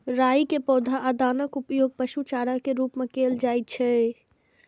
राइ के पौधा आ दानाक उपयोग पशु चारा के रूप मे कैल जाइ छै